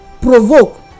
provoke